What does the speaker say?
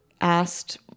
asked